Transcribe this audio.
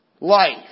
life